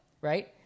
right